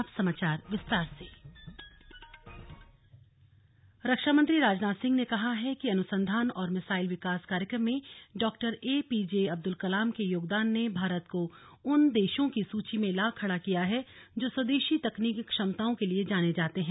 अब समाचार विस्तार से डीआरडीओ सम्मेलन रक्षामंत्री राजनाथ सिंह ने कहा है कि अनुसंधान और मिसाइल विकास कार्यक्रम में doctor A P J Abdul Kalam के योगदान ने भारत को उन देशों की सूची में ला खड़ा किया है जो स्वदेशी तकनीकी क्षमताओं के लिए जाने जाते हैं